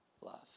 love